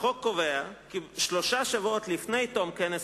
החוק קובע כי שלושה שבועות לפני תום כנס